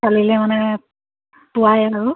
কালিলৈ মানে পুৱাই আৰু